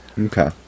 Okay